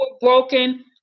broken